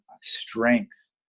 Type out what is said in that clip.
strength